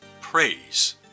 praise